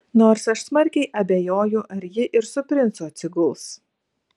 nors aš smarkiai abejoju ar ji ir su princu atsiguls